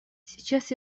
сейчас